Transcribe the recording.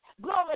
Glory